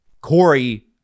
Corey